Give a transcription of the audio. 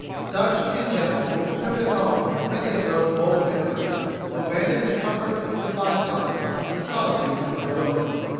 such, in general, were the primitive homes of many of those bold emigrants who abandoned the comforts of civilized life for the solitudes of the wilderness.